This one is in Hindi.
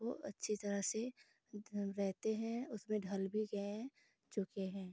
को अच्छी तरह से मतलब रहते हैं उसमें ढल भी गए हैं चुके हैं